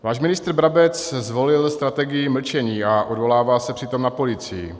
Váš ministr Brabec zvolil strategii mlčení a odvolává se přitom na policii.